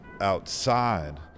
outside